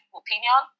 opinion